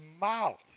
mouth